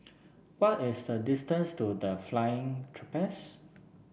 what is the distance to The Flying Trapeze